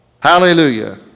hallelujah